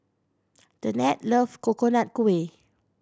Danette love Coconut Kuih